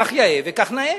כך נאה וכך יאה.